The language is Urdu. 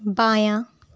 بایاں